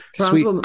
sweet